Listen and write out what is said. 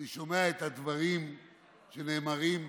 ואני שומע את הדברים שנאמרים בתקשורת,